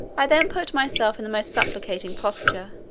i then put myself in the most supplicating posture,